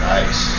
Nice